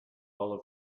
all